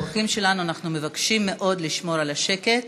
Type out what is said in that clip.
אני פונה לאורחים שלנו: אנחנו מבקשים מאוד לשמור על השקט.